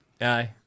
Aye